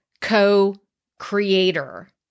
co-creator